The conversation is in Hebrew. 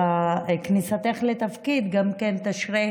מקווה שכניסתך לתפקיד גם כן תשרה